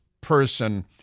person